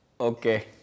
Okay